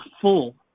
full